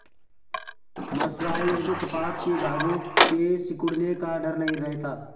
mercerised कपास के धागों के सिकुड़ने का डर नहीं रहता